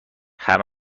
همه